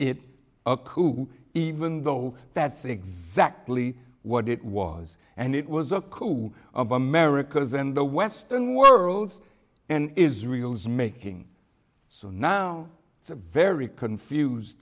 it a coup even though that's exactly what it was and it was a coup of america's and the western world and israel is making so now it's a very confused